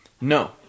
No